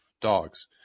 Dogs